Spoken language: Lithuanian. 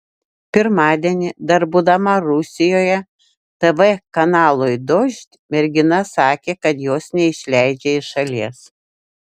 pirmadienį dar būdama rusijoje tv kanalui dožd mergina sakė kad jos neišleidžia iš šalies